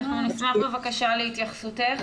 נשמח, בבקשה, להתייחסותך.